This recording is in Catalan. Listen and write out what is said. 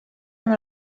amb